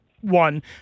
one